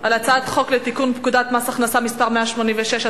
על הצעת חוק לתיקון פקודת מס הכנסה (מס' 186),